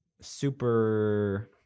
super